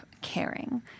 caring